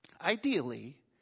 ideally